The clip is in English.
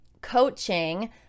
coaching